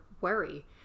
worry